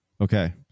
okay